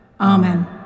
Amen